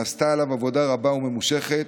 נעשתה עליו עבודה רבה וממושכת.